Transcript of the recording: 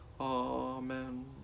Amen